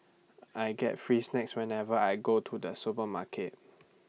I get free snacks whenever I go to the supermarket